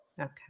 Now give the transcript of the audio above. okay